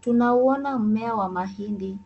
Tunauona mmea wa mahindi.